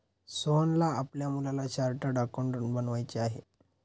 सोहनला आपल्या मुलाला चार्टर्ड अकाउंटंट बनवायचे आहे